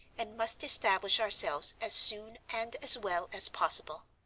and must establish ourselves as soon and as well as possible.